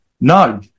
no